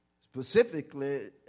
specifically